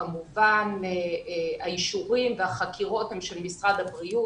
כמובן האישורים והחקירות הם של משרד הבריאות